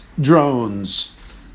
Drones